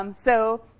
um so